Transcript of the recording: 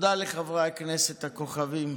תודה לחברי הכנסת הכוכבים,